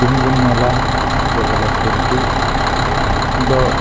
ᱛᱮᱦᱮᱧ ᱵᱚᱱ ᱧᱮᱞᱟ ᱡᱮ ᱵᱚᱞᱮ ᱯᱚᱞᱴᱨᱤ ᱫᱚ